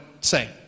say